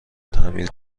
تعمیر